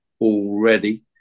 already